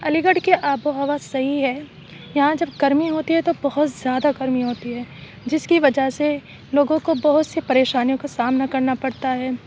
علی گڑھ کی آب و ہوا صحیح ہے یہاں جب گرمی ہوتی ہے تو بہت زیادہ گرمی ہوتی ہے جس کی وجہ سے لوگوں کو بہت سی پریشانیوں کا سامنا کرنا پڑتا ہے